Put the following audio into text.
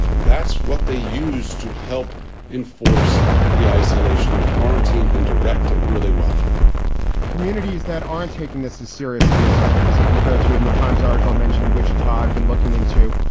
that's what they use to help enforce the isolation and quarantine and directed really well communities that aren't taking this as seriously as others. if you go through in the times article mentioned, which taib been looking into,